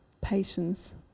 patience